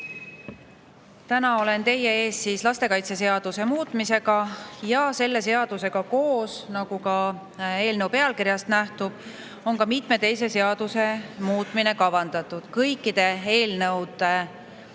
Täna olen teie ees lastekaitseseaduse muutmisega ja selle seadusega koos, nagu ka eelnõu pealkirjast nähtub, on ka mitme teise seaduse muutmine kavandatud. Kõikide eelnõus olevate